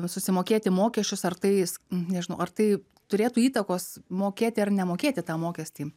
susimokėti mokesčius ar tais nežinau ar tai turėtų įtakos mokėti ar nemokėti tą mokestį